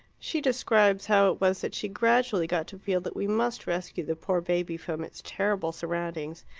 she describes how it was that she gradually got to feel that we must rescue the poor baby from its terrible surroundings,